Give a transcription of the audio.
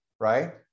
right